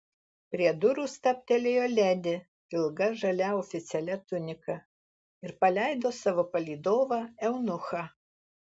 prie durų stabtelėjo ledi ilga žalia oficialia tunika ir paleido savo palydovą eunuchą